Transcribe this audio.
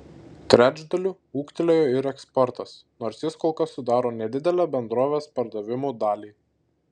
trečdaliu ūgtelėjo ir eksportas nors jis kol kas sudaro nedidelę bendrovės pardavimų dalį